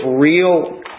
real